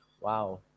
Wow